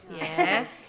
Yes